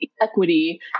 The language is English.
equity